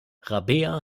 rabea